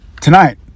Tonight